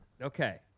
Okay